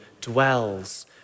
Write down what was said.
dwells